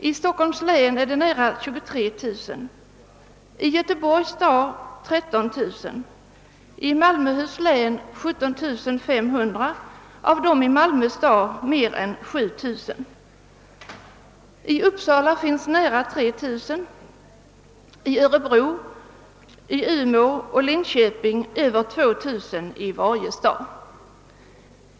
I Stockholms län finns nära 23000, i Göteborgs stad 13 000, i Malmöhus län 17500 — av dessa i Malmö stad mer än 7000 — i Uppsala nära 3 000 samt i Umeå, Örebro och Linköping över 2 000 i varje stad.